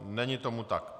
Není tomu tak.